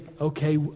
okay